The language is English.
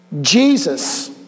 Jesus